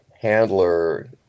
handler